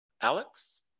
Alex